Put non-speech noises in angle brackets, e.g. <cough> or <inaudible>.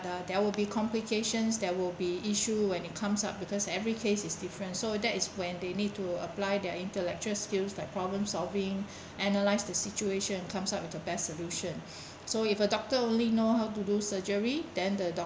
the there will be complications there will be issue when it comes up because every case is different so that is when they need to apply their intellectual skills like problem solving <breath> analyze the situation and comes out with the best solution <breath> so if a doctor only know how to do surgery then the doc~